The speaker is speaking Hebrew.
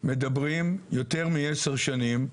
מדברים יותר מ-10 שנים,